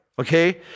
Okay